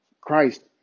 Christ